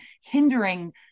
hindering